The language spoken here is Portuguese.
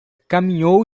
caminhou